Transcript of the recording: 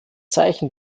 zeichen